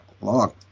long